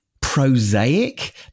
prosaic